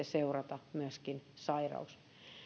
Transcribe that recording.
seurata myöskin sairaus